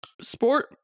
sport